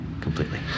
Completely